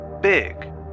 Big